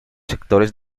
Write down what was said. sectores